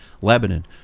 Lebanon